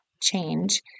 change